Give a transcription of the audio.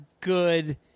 good